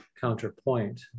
counterpoint